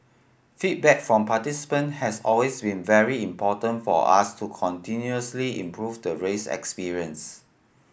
feedback from participant has always been very important for us to continuously improve the race experience